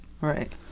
Right